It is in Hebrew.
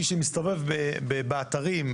מי שמסתובב באתרים,